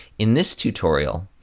in this tutorial,